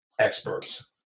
experts